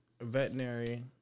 veterinary